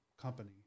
company